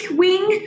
wing